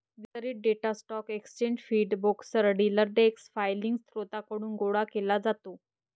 वितरित data stock exchange feed, brokers, dealer desk filing स्त्रोतांकडून गोळा केला जातो